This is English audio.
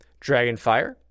Dragonfire